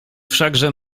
wszakże